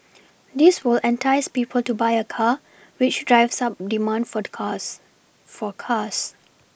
this will entice people to buy a car which drives up demand for the cars for cars